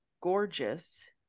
gorgeous